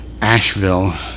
Asheville